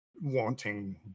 wanting